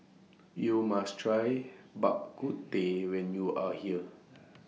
YOU must Try Bak Kut Teh when YOU Are here